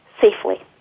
safely